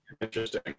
interesting